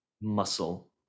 muscle